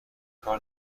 کار